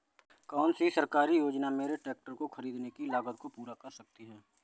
कौन सी सरकारी योजना मेरे ट्रैक्टर को ख़रीदने की लागत को पूरा कर सकती है?